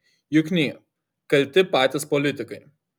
jukny kalti patys politikai